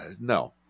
no